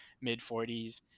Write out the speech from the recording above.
mid-40s